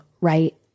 right